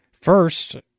First